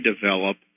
develop